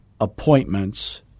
appointments